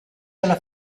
della